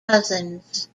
cousins